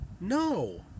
No